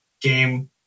game